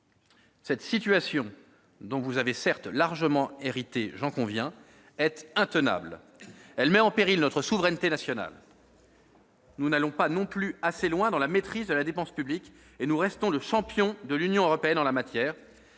Cette situation, dont vous avez largement hérité- j'en conviens -, est intenable. Elle met en péril notre souveraineté nationale. Nous n'allons pas non plus assez loin dans la maîtrise de la dépense publique, et nous restons le champion de l'Union européenne en la matière.